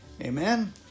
Amen